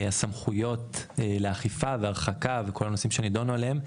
הסמכויות לאכיפה והרחקה וכל הנושאים שנידונו עליהם,